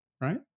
Right